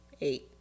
Eight